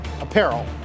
apparel